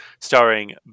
starring